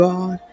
God